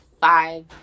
five